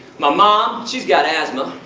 my mom, she's got asthma.